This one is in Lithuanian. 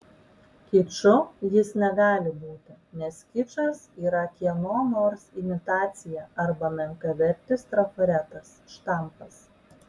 kiču jis negali būti nes kičas yra kieno nors imitacija arba menkavertis trafaretas štampas